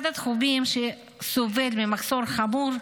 אחד התחומים שסובל ממחסור חמור,